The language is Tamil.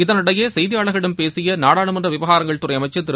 இகளிடையே செய்தியாளர்களிடம் பேசிய நாடாளுமன்ற விவகாரங்கள் துறை அமைச்சர் திரு